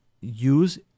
use